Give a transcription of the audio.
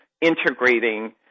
integrating